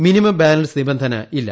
minimum balance നിബന്ധന ഇല്ല